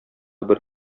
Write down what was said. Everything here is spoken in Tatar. бер